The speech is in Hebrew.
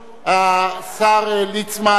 השר ליצמן,